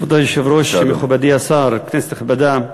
כבוד היושב-ראש, מכובדי השר, כנסת נכבדה,